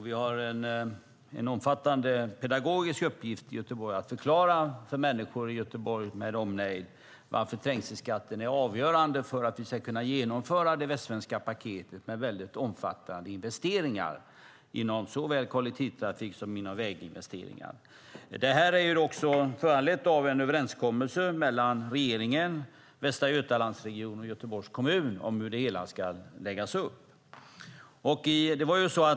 Vi har en omfattande pedagogisk uppgift i Göteborg att förklara för människor i Göteborg med omnejd varför trängselskatten är avgörande för att vi ska kunna genomföra det västsvenska paketet med väldigt omfattande investeringar inom såväl kollektivtrafik som väginvesteringar. Detta är föranlett av en överenskommelse mellan regeringen, Västra Götalandsregionen och Göteborgs kommun om hur det hela ska läggas upp.